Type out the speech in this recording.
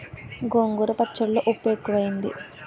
గోంగూర పచ్చళ్ళో ఉప్పు ఎక్కువైంది